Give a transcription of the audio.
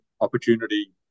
opportunity